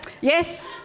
Yes